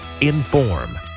Inform